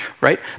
right